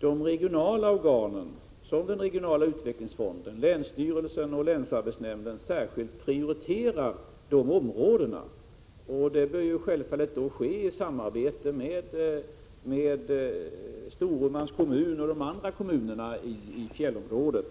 de regionala organen, såsom den regionala utvecklingsfonden, länsstyrelsen och länsarbetsnämnden särskilt prioriterar dessa områden. Detta bör självfallet ske i samarbete med Storumans kommun och de andra kommunerna i fjällområdet.